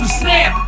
snap